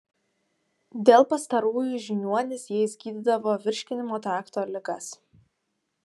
dėl pastarųjų žiniuonys jais gydydavo virškinimo trakto ligas